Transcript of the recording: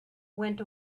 went